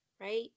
right